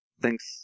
Thanks